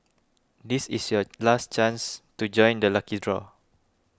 this is your last chance to join the lucky draw